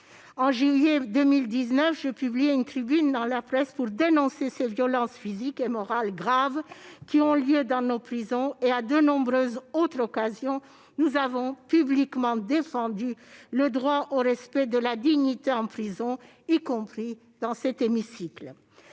En juillet 2019, je publiais une tribune dans la presse pour dénoncer les graves violences physiques et morales qui ont lieu dans nos prisons et, à de nombreuses autres occasions, nous avons publiquement défendu le droit au respect de la dignité en prison, y compris dans cet hémicycle.